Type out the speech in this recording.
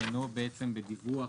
עניינו בעצם בדיווח